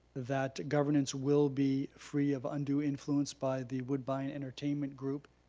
that governance will be free of undue influence by the woodbine entertainment group,